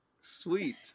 Sweet